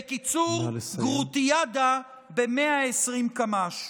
בקיצור, גרוטיאדה ב-120 קמ"ש.